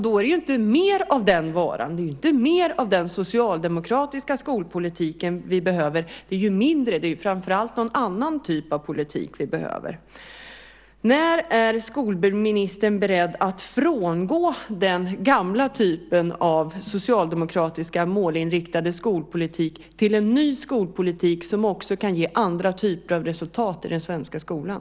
Då är det inte mer av den varan, inte mer av den socialdemokratiska skolpolitiken vi behöver. Det är ju mindre. Det är framför allt någon annan typ av politik vi behöver. När är skolministern beredd att frångå den gamla typen av socialdemokratisk målinriktad skolpolitik till förmån för en ny skolpolitik som också kan ge andra typer av resultat i den svenska skolan?